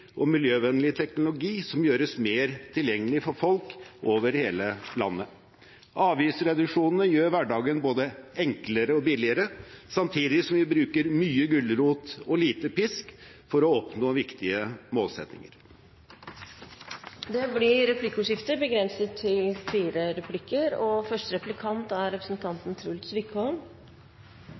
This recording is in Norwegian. og miljøvennlig teknologi, som gjøres mer tilgjengelig for folk over hele landet. Avgiftsreduksjonene gjør hverdagen både enklere og billigere, samtidig som vi bruker mye gulrot og lite pisk for å oppnå viktige målsettinger. Det blir replikkordskifte. Det er mye man kunne spurt Fremskrittspartiet og representanten